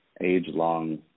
age-long